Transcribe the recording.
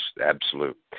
absolute